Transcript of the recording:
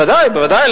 בוודאי, בוודאי.